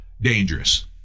dangerous